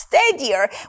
steadier